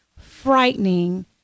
frightening